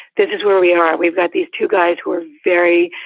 this is where we are we've got these two guys who are very,